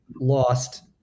lost